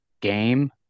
game